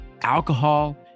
alcohol